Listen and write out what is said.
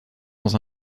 dans